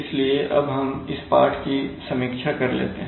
इसलिए अब हम इस पाठ की समीक्षा कर लेते हैं